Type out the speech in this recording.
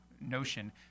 notion